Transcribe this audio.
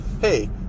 Hey